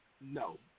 no